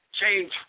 change